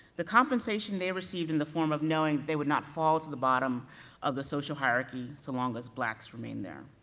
the compensation they received in the form of knowing that they would not fall to the bottom of the social hierarchy, so long as blacks remained there.